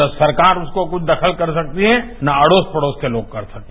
ना सरकार उसको कोई दखल कर सकती है ना अड़ोस पड़ोस के लोग कर सकते हैं